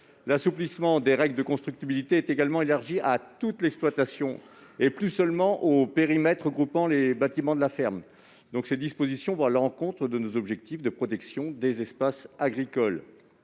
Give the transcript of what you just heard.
assouplissement est également étendu à toute l'exploitation, et plus seulement au périmètre regroupant les bâtiments de la ferme. Ces dispositions vont à l'encontre de nos objectifs de protection des espaces agricoles.